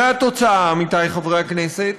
והתוצאה, עמיתיי חברי הכנסת,